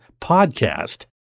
podcast